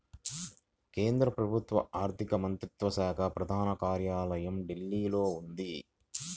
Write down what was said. కేంద్ర ప్రభుత్వ ఆర్ధిక మంత్రిత్వ శాఖ ప్రధాన కార్యాలయం ఢిల్లీలో ఉంది